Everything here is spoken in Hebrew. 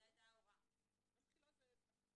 שיש כאן בחור שתמיד היה לבוש